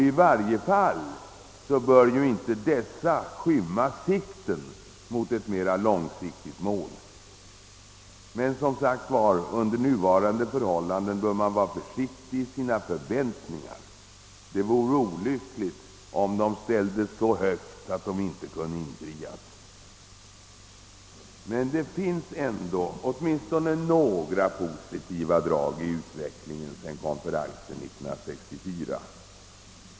I varje fall bör de inte skymma sikten mot ett mera långsiktigt mål. Såsom jag framhållit bör man emellertid under nuvarande förhållanden vara försiktig i sina förväntningar. Det vore olyckligt, om dessa ställdes så högt att de inte kunde infrias. Men det finns åtminstone några positiva drag i utvecklingen sedan konferensen 1964.